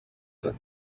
got